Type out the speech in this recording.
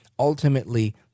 Ultimately